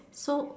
so